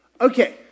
Okay